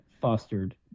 fostered